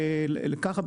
וככה,